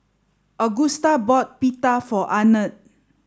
Agusta bought Pita for Arnett